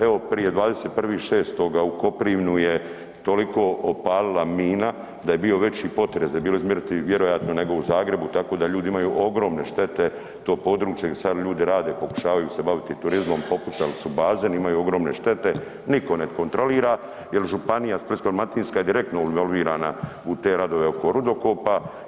Evo, prije 21.6. u Koprivnu je toliko opalila mina da je bio veći potres, da je bilo izmjeriti, vjerojatno nego u Zagrebu, tako da ljudi imaju ogromne štete, to područje gdje sad ljudi rade pokušavaju se baviti turizmom, popucali su bazeni, imaju ogromne štete, niko ne kontrolira jel županija Splitsko-dalmatinska je direktno evolvirana u te radove oko rudokopa.